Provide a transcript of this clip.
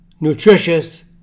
nutritious